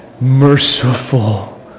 merciful